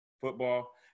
football